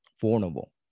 vulnerable